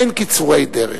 אין קיצורי דרך.